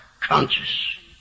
conscious